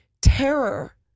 terror